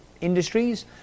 industries